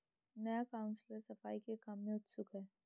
नया काउंसलर सफाई के काम में उत्सुक है